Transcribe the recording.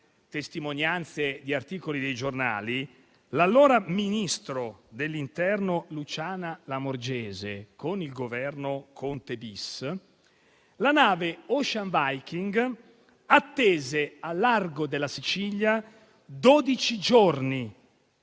testimonianze di articoli di giornali, quando era ministro dell'interno Luciana Lamorgese, con il Governo Conte-*bis,* la nave Ocean Viking attese al largo della Sicilia dodici giorni